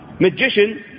Magician